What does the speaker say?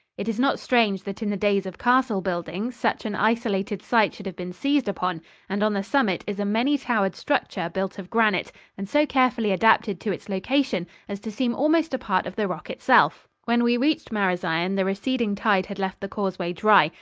it is not strange that in the days of castle-building such an isolated site should have been seized upon and on the summit is a many-towered structure built of granite and so carefully adapted to its location as to seem almost a part of the rock itself. when we reached marazion, the receding tide had left the causeway dry,